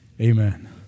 Amen